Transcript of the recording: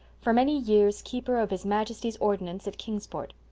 for many years keeper of his majesty's ordnance at kingsport.